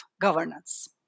governance